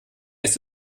ist